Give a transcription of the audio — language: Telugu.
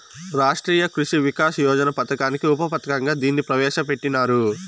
రాష్ట్రీయ కృషి వికాస్ యోజన పథకానికి ఉప పథకంగా దీన్ని ప్రవేశ పెట్టినారు